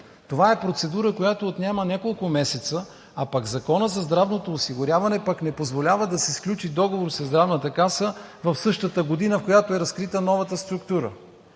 Това е процедура, която отнема няколко месеца, а пък Законът за здравното осигуряване не позволява да се сключи договор със Здравната каса в същата година, в която е разкрита новата структура.